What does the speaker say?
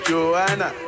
Joanna